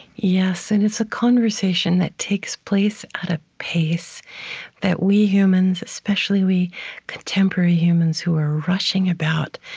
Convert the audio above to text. yes. and it's a conversation that takes place at a pace that we humans, especially we contemporary humans who are rushing about,